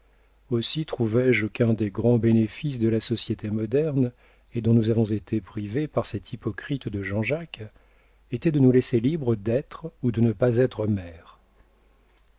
aussi trouvé je qu'un des grands bénéfices de la société moderne et dont nous avons été privées par cet hypocrite de jean-jacques était de nous laisser libres d'être ou de ne pas être mères